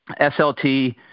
SLT